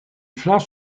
flancs